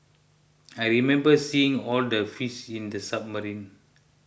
I remember seeing all the fish in the submarine